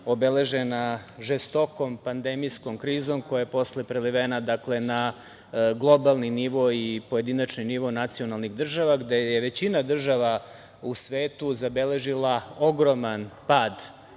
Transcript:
obeležena žestokom pandemijskom krizom, koja je posle prelivena na globalni nivo i pojedinačni nivo nacionalnih država, gde je većina država u svetu zabeležila ogroman pad,